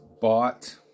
bought